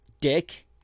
dick